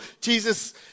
Jesus